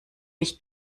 mich